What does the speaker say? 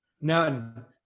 None